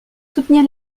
soutenir